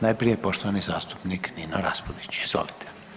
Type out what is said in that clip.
Najprije poštovani zastupnik Nino Raspudić, izvolite.